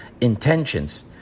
intentions